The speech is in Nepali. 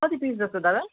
कति पिस जस्तो दादा